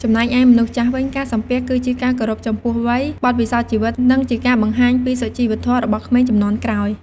ចំណែកឯមនុស្សចាស់វិញ ការសំពះគឺជាការគោរពចំពោះវ័យ បទពិសោធន៍ជីវិត និងជាការបង្ហាញពីសុជីវធម៌របស់ក្មេងជំនាន់ក្រោយ។